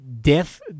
death